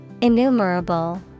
Innumerable